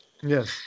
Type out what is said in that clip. Yes